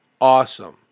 awesome